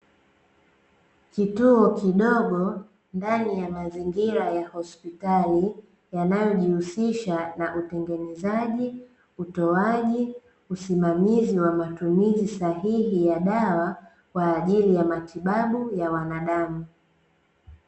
Kituo kidogo ndani ya mazingira ya hospitali yanayojihusisha na utengenezaji, utoaji, usimamizi wa matumizi sahihi ya dawa kwa ajili ya matibabu ya wanadamu.